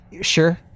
sure